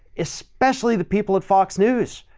especially the people at fox news.